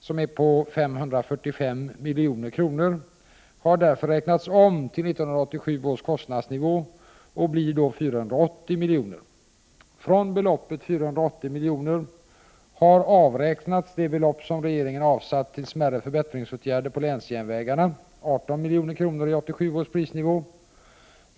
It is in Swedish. som är på 545 milj.kr., har därför räknats om till 1987 års kostnadsnivå och blir då 480 milj.kr. Från beloppet 480 milj.kr. har avräknats det belopp som regeringen avsatt till smärre förbättringsåtgärder på länsjärnvägarna, 18 milj.kr. i 1987 års prisnivå.